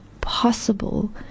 possible